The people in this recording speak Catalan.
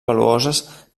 valuoses